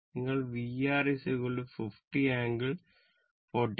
നിങ്ങൾ VR 50 ∟45o